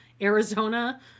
Arizona